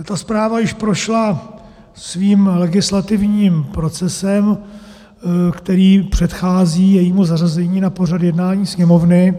Ta zpráva již prošla svým legislativním procesem, který předchází jejímu zařazení na pořad jednání Sněmovny.